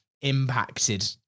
impacted